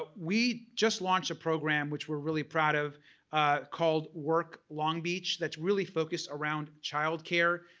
but we just launched a program which we're really proud of called work long beach that's really focused around child care.